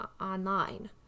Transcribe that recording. online